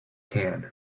can